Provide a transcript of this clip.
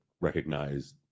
recognize